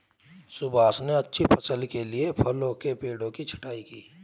सुभाष ने अच्छी फसल के लिए फलों के पेड़ों की छंटाई की